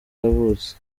yavutse